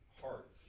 heart